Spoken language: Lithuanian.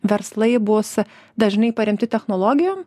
verslai bus dažnai paremti technologijom